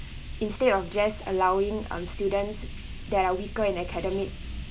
instead of just allowing um students that are weaker in academic